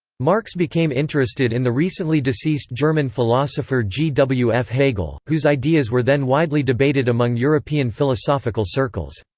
marx became interested in the recently deceased german philosopher g. w. f. hegel, whose ideas were then widely debated among european philosophical circles.